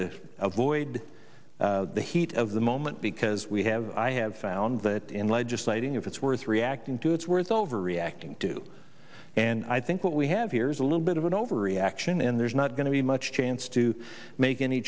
to avoid the heat of the moment because we have i have found that in legislating if it's worth reacting to it's worth overreacting to and i think what we have here is a little bit of an overreaction and there's not going to be much chance to make any